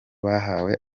bahawe